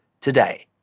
today